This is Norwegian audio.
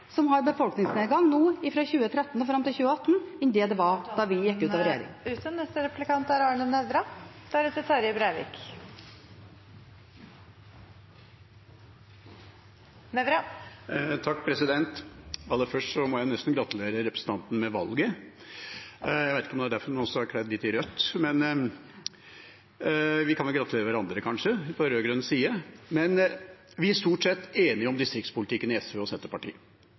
som har befolkningsnedgang nå – fra 2013 og fram til 2018 – som da vi gikk ut av regjering. Aller først må jeg få gratulere representanten med valget. Jeg vet ikke om det er derfor hun også er kledd litt i rødt. Vi på rød-grønn side kan kanskje gratulere hverandre. SV og Senterpartiet er stort sett enige om distriktspolitikken. Vi står skulder ved skulder i veldig mange saker, men på ett felt er det noe jeg har reagert på veldig lenge, og